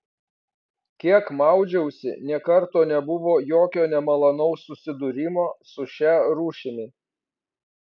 kiek maudžiausi nė karto nebuvo jokio nemalonaus susidūrimo su šia rūšimi